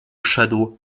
szedł